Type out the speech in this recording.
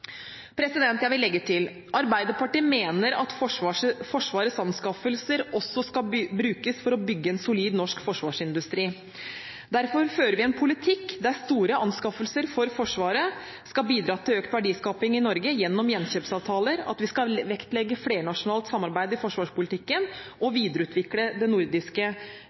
Jeg vil legge til: Arbeiderpartiet mener at Forsvarets anskaffelser også skal brukes for å bygge en solid norsk forsvarsindustri. Derfor fører vi en politikk der store anskaffelser til Forsvaret skal bidra til økt verdiskaping i Norge gjennom gjenkjøpsavtaler, at vi skal vektlegge flernasjonalt samarbeid i forsvarspolitikken og videreutvikle det nordiske